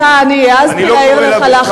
אני העזתי להעיר לך, אני לא קורא לה בשמה הפרטי.